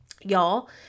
y'all